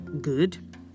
good